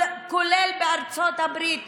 כולל בארצות הברית,